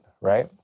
right